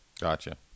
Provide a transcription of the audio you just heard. gotcha